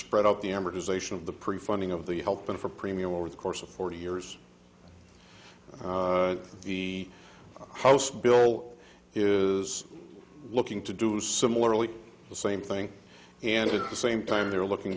spread out the amortization of the prefunding of the help and for premium over the course of forty years the house bill is looking to do similarly the same thing and at the same time they're looking